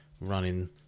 running